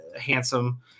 handsome